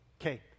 okay